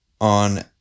on